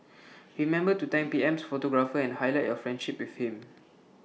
remember to thank P M's photographer and highlight your friendship with him